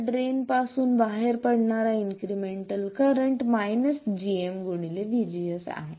तर ड्रेन पासून बाहेर पडणारा इन्क्रिमेंटल करंट gm vGS आहे